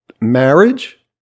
marriage